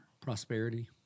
Prosperity